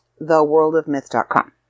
theworldofmyth.com